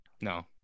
No